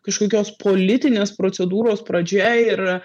kažkokios politinės procedūros pradžia ir